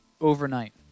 overnight